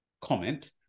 comment